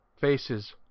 faces